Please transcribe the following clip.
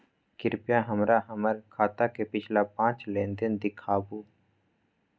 कृपया हमरा हमर खाता के पिछला पांच लेन देन दिखाबू